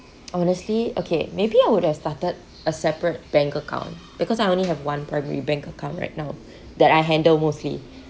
honestly okay maybe I would have started a separate bank account because I only have one primary bank account right now that I handle mostly